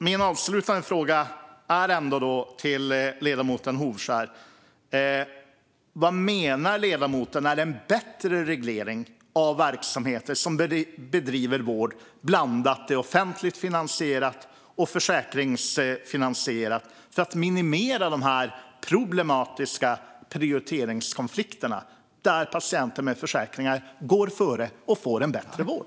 Min avslutande fråga till ledamoten Hovskär är denna. Vad menar ledamoten är en bättre reglering av verksamheter som bedriver vård, offentlig vård blandad med försäkringsfinansierad, för att minimera de här problematiska prioriteringskonflikterna där patienter med privata sjukvårdsförsäkringar går före och får bättre vård?